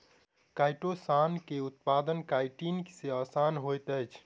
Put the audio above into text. chitosan के उत्पादन chitin सॅ आसान होइत अछि